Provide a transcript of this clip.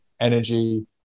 energy